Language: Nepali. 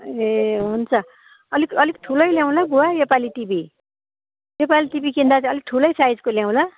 ए हुन्छ अलिक अलिक ठुलै ल्याउँ ल बुबा योपालि टिभी योपालि टिभी किन्दा चाहिँ अलिक ठुलै साइजको ल्याउँ ल